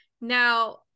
Now